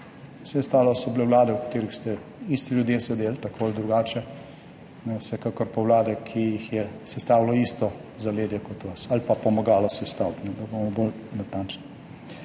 ostalo so bile vlade, v katerih ste isti ljudje sedeli tako ali drugače, vsekakor pa vlade, ki jih je sestavilo isto zaledje kot vas ali pa pomagalo sestaviti, da bomo bolj natančni.